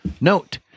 Note